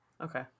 okay